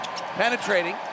penetrating